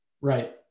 Right